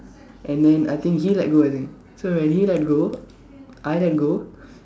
and then I think he let go I think so when he let go I let go